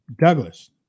Douglas